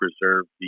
preserve